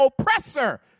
oppressor